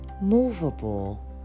movable